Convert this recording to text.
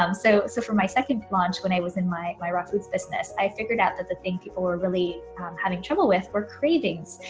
um so so for my second launch when i was in like my rock foods business, i figured out that the thing people really having trouble with were cravings.